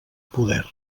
poder